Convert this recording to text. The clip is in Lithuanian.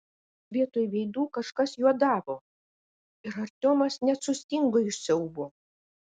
vietoj veidų kažkas juodavo ir artiomas net sustingo iš siaubo